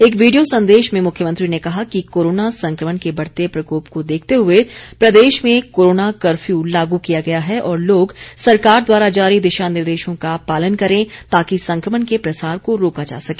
एक वीडियो संदेश में मुख्यमंत्री ने कहा कि कोरोना संकमण के बढते प्रकोप को देखते हुए प्रदेश में कोरोना कफर्य लाग किया गया है और लोग सरकार द्वारा जारी दिशा निर्देशों का पालन करें ताकि संकमण के प्रसार को रोका जा सके